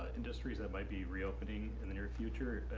industries that might be reopening in the near future,